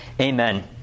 Amen